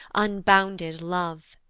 unbounded love!